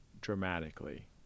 dramatically